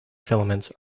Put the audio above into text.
filaments